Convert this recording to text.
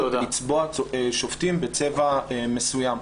לצבוע שופטים בצבע מסוים.